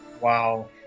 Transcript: Wow